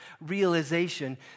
realization